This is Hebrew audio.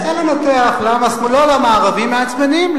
אני אנסה לנתח לא למה ערבים מעצבנים,